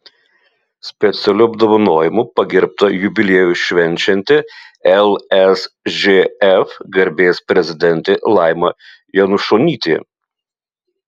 specialiu apdovanojimu pagerbta jubiliejų švenčianti lsžf garbės prezidentė laima janušonytė